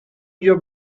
your